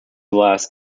last